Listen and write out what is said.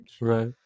Right